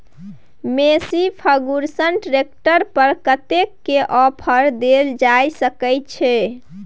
Massey Ferguson tractor पर कतेक के ऑफर देल जा सकै छै?